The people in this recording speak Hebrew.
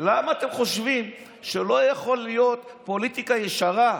למה אתם חושבים שלא יכולה להיות פוליטיקה ישרה?